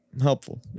helpful